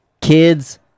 kids